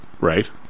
right